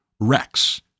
Rex